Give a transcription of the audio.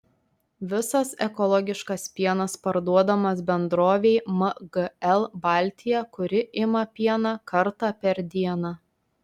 visas ekologiškas pienas parduodamas bendrovei mgl baltija kuri ima pieną kartą per dieną